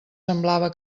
semblava